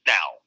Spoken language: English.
Now